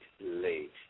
late